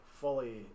fully